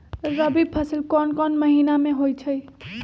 रबी फसल कोंन कोंन महिना में होइ छइ?